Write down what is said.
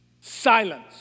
silence